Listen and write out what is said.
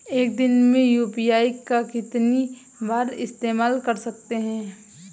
एक दिन में यू.पी.आई का कितनी बार इस्तेमाल कर सकते हैं?